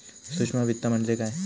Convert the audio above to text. सूक्ष्म वित्त म्हणजे काय?